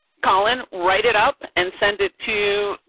colin write it up and send it to